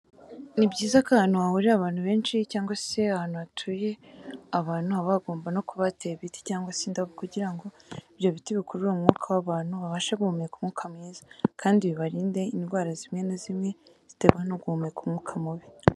Ni byiza ko ahantu hahurira abantu benshi cyangwa se hatuye abantu haba hagomba no kuba hateye ibiti cyangwa se indabo kugira ngo ibyo biti bikurure umwuka abantu babashe guhumeka umwuka mwiza, kandi bibarinde indwara zimwe na zimwe ziterwa no guhumeka umwuka mubi.